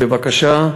בבקשה.